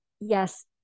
yes